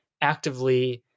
actively